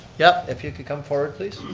yep, if you could come forward, please.